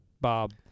Bob